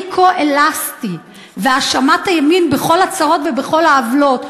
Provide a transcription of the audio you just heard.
כה אלסטי והאשמת הימין בכל הצרות ובכל העוולות.